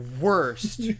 worst